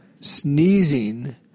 sneezing